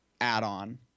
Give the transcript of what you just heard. add-on